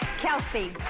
kelsey.